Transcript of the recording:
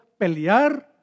pelear